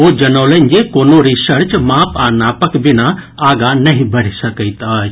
ओ जनौलनि जे कोनो रिसर्च माप आ नापक बिना आगां नहि बढ़ि सकैत अछि